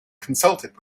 consulted